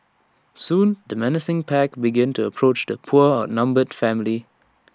soon the menacing pack began to approach the poor outnumbered family